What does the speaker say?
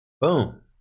Boom